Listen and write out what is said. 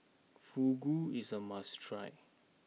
fugu is a must try